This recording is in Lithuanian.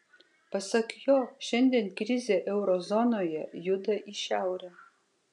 pasak jo šiandien krizė euro zonoje juda į šiaurę